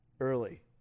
Early